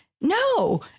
No